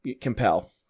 compel